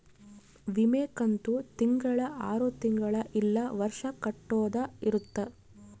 ವಿಮೆ ಕಂತು ತಿಂಗಳ ಆರು ತಿಂಗಳ ಇಲ್ಲ ವರ್ಷ ಕಟ್ಟೋದ ಇರುತ್ತ